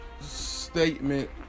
statement